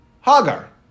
Hagar